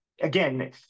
Again